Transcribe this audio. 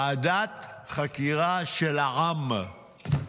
ועדת חקירה של העם,